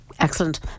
Excellent